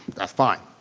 that's fine.